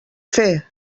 fer